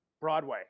Broadway